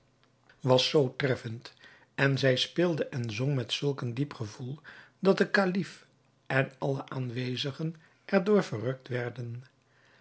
was zoo treffend en zij speelde en zong met zulk een diep gevoel dat de kalif en alle aanwezigen er door verrukt werden